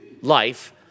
life